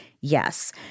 Yes